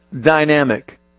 dynamic